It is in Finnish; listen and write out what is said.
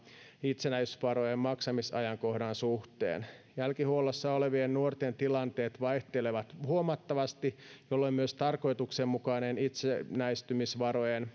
itsenäistymisvarojen maksamisajankohdan suhteen jälkihuollossa olevien nuorten tilanteet vaihtelevat huomattavasti jolloin myös tarkoituksenmukainen itsenäistymisvarojen